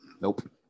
Nope